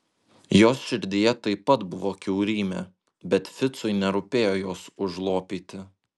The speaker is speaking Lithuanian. jos širdyje taip pat buvo kiaurymė bet ficui nerūpėjo jos užlopyti